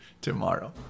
tomorrow